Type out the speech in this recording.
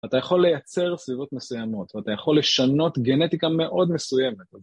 אתה יכול לייצר סביבות מסוימות, ואתה יכול לשנות גנטיקה מאוד מסוימת